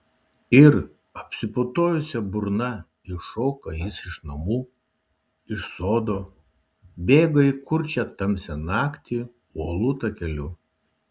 ir apsiputojusia burna iššoka jis iš namų iš sodo bėga į kurčią tamsią naktį uolų takeliu